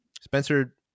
Spencer